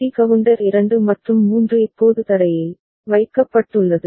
D counter 2 மற்றும் 3 இப்போது தரையில் வைக்கப்பட்டுள்ளது